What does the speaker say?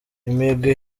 imigwi